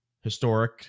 historic